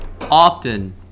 often